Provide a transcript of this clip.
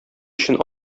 өчен